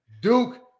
Duke